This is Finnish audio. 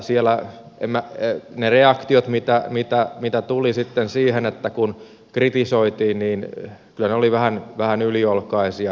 siellä ne reaktiot mitä tuli sitten siihen kun kritisoitiin kyllä ne olivat vähän yliolkaisia